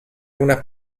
una